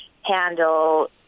handle